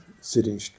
sitting